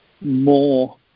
more